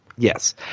Yes